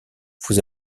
vous